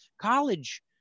college